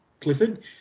Clifford